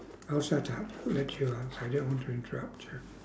I'll shut up let you answer I don't want to interrupt you